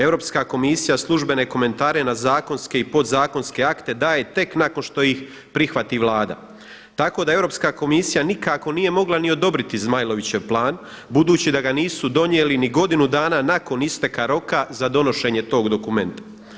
Europska komisija službene komentare na zakonske i podzakonske akte daje tek nakon što ih prihvati Vlada, tako da Europska komisija nikako nije mogla niti odobriti Zmajlovićev plan budući da ga nisu donijeli ni godinu dana nakon isteka roka za donošenje tog dokumenta.